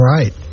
Right